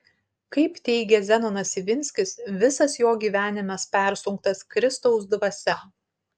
kaip teigia zenonas ivinskis visas jo gyvenimas persunktas kristaus dvasia